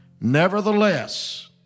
Nevertheless